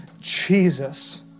Jesus